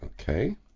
Okay